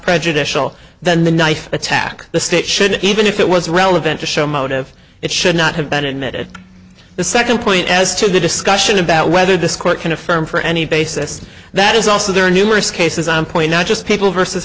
prejudicial than the knife attack the state should even if it was relevant to show motive it should not have been admitted the second point as to the discussion about whether this court can affirm for any basis that is also there are numerous cases on point not just people versus